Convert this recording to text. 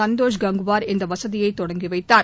சந்தோஷ் கங்குவார் இந்த வசதியை தொடங்கி வைத்தார்